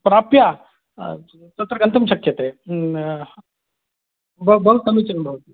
प्राप्य तत्र गन्तुं शक्यते ब बहु समीचिनं भवति